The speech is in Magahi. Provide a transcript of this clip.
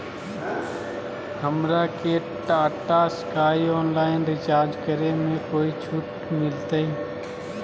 हमरा के टाटा स्काई ऑनलाइन रिचार्ज करे में कोई छूट मिलतई